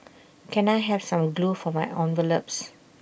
can I have some glue for my envelopes